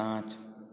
पांच